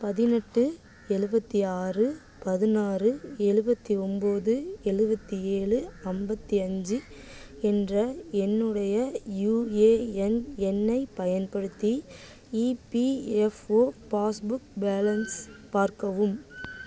பதினெட்டு எழுவத்தி ஆறு பதினாறு எழுவத்தி ஒம்பது எழுவத்தி ஏழு ஐம்பத்தி அஞ்சு என்ற என்னுடைய யுஏஎன் எண்ணைப் பயன்படுத்தி இபிஎஃப்ஓ பாஸ்புக் பேலன்ஸ் பார்க்கவும்